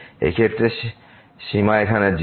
এই ক্ষেত্রে এই সীমা এখানে 0